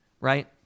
right